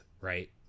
right